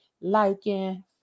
liking